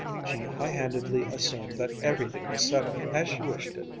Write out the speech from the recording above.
she high-handedly assumed that everything was settled as she wished it,